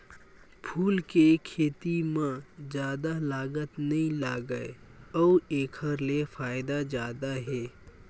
फूल के खेती म जादा लागत नइ लागय अउ एखर ले फायदा जादा हे